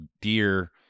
deer